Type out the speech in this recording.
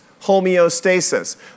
homeostasis